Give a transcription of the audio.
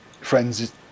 friends